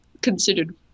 considered